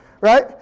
Right